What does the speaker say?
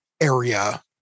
area